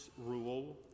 rule